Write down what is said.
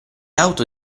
auto